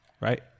right